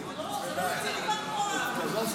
1 24 נתקבלו.